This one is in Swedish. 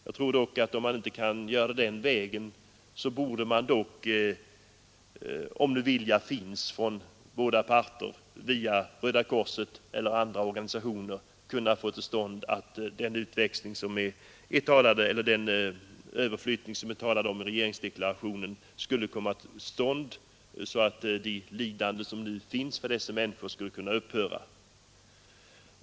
Jag tror dock att man, om man inte kan gå den vägen men om vilja finns från båda parter, borde via Röda korset eller andra organisationer kunna åstadkomma den överflyttning som det talades om i regeringsdeklarationen, så att de lidanden som dessa människor är utsatta för skulle kunna upphöra.